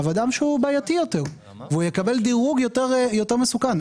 אדם בעייתי יותר והוא יקבל דירוג יותר מסוכן?